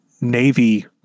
Navy